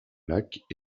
lacs